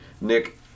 Nick